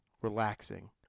relaxing